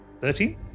thirteen